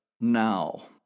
now